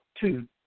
two